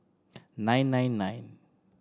nine nine nine